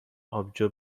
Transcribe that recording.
آبجو